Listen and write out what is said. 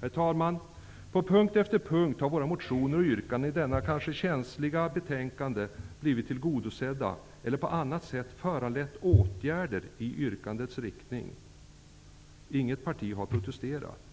Herr talman! På punkt efter punkt har våra motioner och yrkanden i detta kanske känsliga betänkande blivit tillgodosedda eller på annat sätt föranlett åtgärder i yrkandets riktning. Inget parti har protesterat.